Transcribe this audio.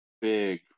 big